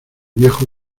viejo